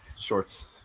shorts